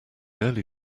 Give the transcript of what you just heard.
early